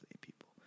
people